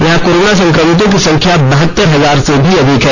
यहां कोरोना संक्रमितों की संख्या बहत्तर हजार से अधिक है